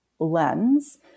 lens